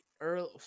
early